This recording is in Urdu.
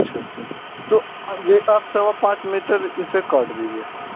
اچھا اچھا تو یہ آپ سوا پانچ میٹر اس میں سے کاٹ دیجیے